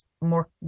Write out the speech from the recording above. more